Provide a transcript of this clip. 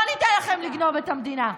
לא ניתן לכם לגנוב את המדינה.